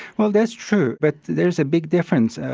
well that's true but there is a big difference.